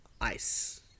ice